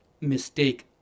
mistake